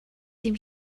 dim